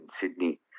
Sydney